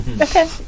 Okay